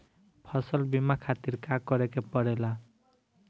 फसल बीमा खातिर का करे के पड़ेला?